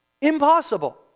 Impossible